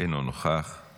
אינו נוכח;